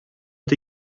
est